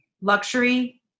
luxury